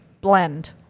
blend